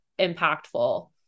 impactful